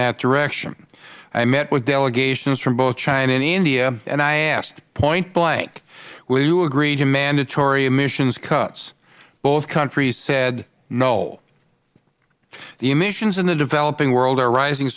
that direction i met with delegations from both china and india and i asked pointblank will you agree to mandatory emissions cuts both countries said no the emissions in the developing world are rising